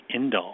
indol